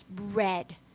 red